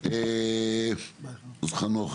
מצוין.